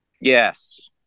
yes